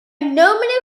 nominee